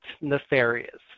nefarious